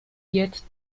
jetzt